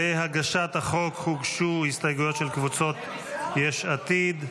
להצעת החוק הוגשו הסתייגויות של קבוצות יש עתיד,